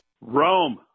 Rome